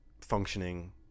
functioning